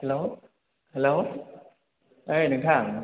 hello hello ओइ नोंथां